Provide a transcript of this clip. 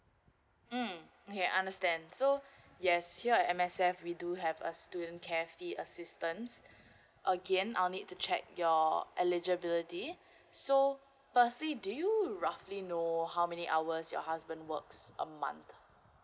mm okay understand so yes here at M_S_F we do have a student care fee assistance again I'll need to check your eligibility so firstly do you roughly know how many hours your husband works a month